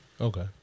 Okay